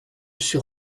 sur